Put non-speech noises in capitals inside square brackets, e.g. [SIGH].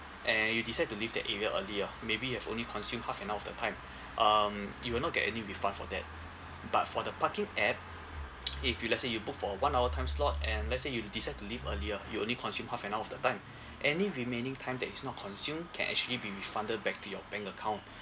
and you decide to leave that area earlier maybe you've only consume half an hour of the time um you will not get any refund for that but for the parking app [NOISE] if you let's say you book for one hour time slot and let's say you decide to leave earlier you only consume half an hour of the time any remaining time that is not consume can actually be refunded back to your bank account